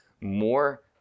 more